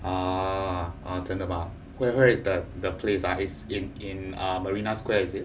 ah 真的吗 where is the the place ah is in in marina square is it